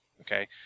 okay